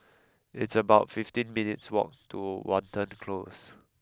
it's about fifty minutes' walk to Watten Close